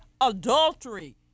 adultery